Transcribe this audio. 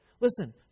Listen